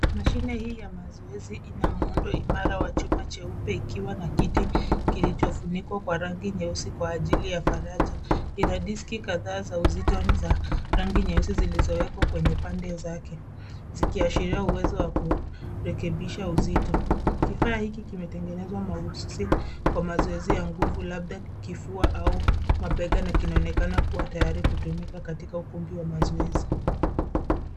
Mashine hii ya mazoezi ina muundo imara wa chuma cheupe ikiwa na kiti kilichofunikwa kwa rangi nyeusi kwa ajili ya faraja. Ina diski kadhaa za uzito za rangi nyeusi zilizowekwa kwenye pande zake. Zikiashiria uwezo wa kurekebisha uzito. Kifaa hiki kimetengenezwa mahususi kwa mazoezi ya nguvu, labda kifua au mabega, na kinaonekana kuwa tayari kutumika katika ukumbi wa mazoezi.